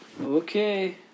Okay